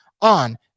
on